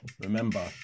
remember